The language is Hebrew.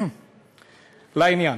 לעניין.